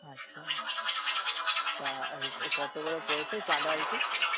আচ্ছা তা আর কত করে পড়ছে চাঁদা আর কি